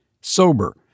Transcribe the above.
sober